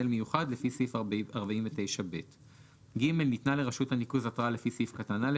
מיוחד לפי סעיף 49ב. (ג) ניתנה לרשות הניקוז התראה לפי סעיף קטן (א),